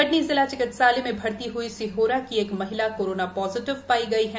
कटनी जिला चिकित्सालय में भर्ती हुई सिहोरा की एक महिला कोरोना पॉजिटिव पाई गई है